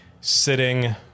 sitting